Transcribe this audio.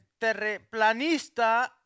Terreplanista